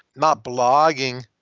not blogging.